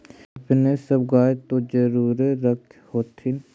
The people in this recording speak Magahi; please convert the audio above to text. अपने सब गाय तो जरुरे रख होत्थिन?